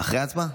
אחרי ההצבעה.